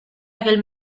aquel